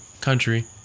country